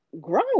grow